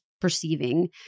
perceiving